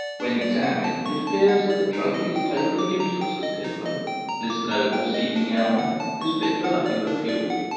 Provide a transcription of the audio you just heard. when examined, it appears that the trunk is totally useless as timber this noble seeming elm is fit for nothing but fuel.